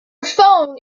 phone